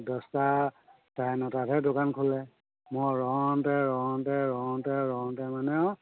দহটা চাৰে নটাতহে দোকান খোলে মই ৰওঁতে ৰওঁতে ৰওঁতে ৰওঁতে মানে আৰু